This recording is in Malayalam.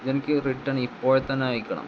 എനിക്ക് റിട്ടേൺ ഇപ്പോഴെ തന്നെ അയക്കണം